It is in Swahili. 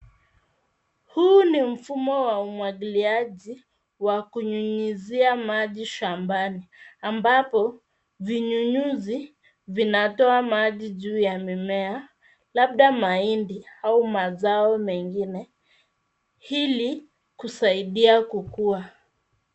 Huu ni mfumo wa umwagiliaji wa kunyunyizia maji shambani, ambapo vinyunyuzi vinatoa maji juu ya mimea, labda mahindi au mazao mengine ili kusaidia kukua.